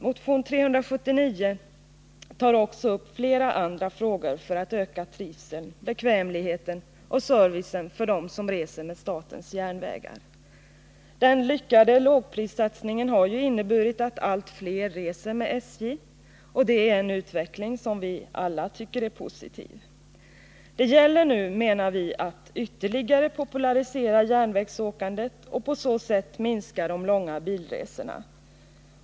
Motion 379 tar också upp förslag till flera andra åtgärder för att öka trivseln, bekvämligheten och servicen för den som reser med statens järnvägar. Den lyckade lågprissatsningen har ju inneburit att allt fler reser med SJ, och det är en utveckling som vi väl alla tycker är positiv. Det gäller nu, menar vi, att ytterligare popularisera järnvägsåkandet och på så sätt minska de långa bilresorna.